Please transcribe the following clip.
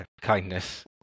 kindness